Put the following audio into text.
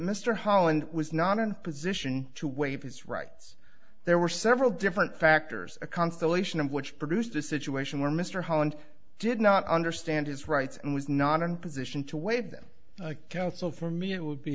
mr holland was not in a position to waive his rights there were several different factors a constellation of which produced a situation where mr holland did not understand his rights and was not in position to waive that account so for me it would be